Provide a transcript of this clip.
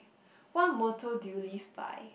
what motto do you live by